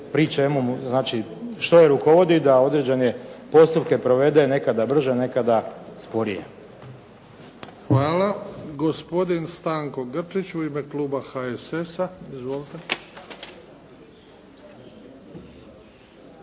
pri čemu znači što je rukovodi da određene postupke provede nekada brže, a nekada sporije. **Bebić, Luka (HDZ)** Hvala. Gospodin Stanko Grčić u ime kluba HSS-a. Izvolite.